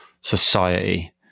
society